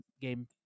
game